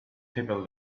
people